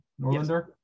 Norlander